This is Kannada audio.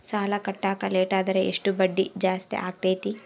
ಸಾಲ ಕಟ್ಟಾಕ ಲೇಟಾದರೆ ಎಷ್ಟು ಬಡ್ಡಿ ಜಾಸ್ತಿ ಆಗ್ತೈತಿ?